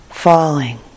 falling